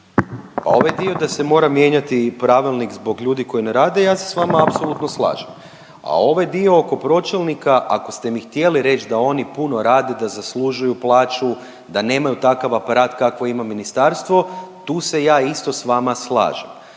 Pa ovaj dio da se mora mijenjati i pravilnik zbog ljudi koji ne rade, ja se s vama apsolutno slažem, a ovaj dio oko pročelnika, ako ste mi htjeli reći da oni puno rade da zaslužuju plaću, da nemaju takav aparat kakvo ima ministarstvo, tu se ja isto s vama slažem,